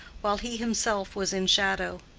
while he himself was in shadow.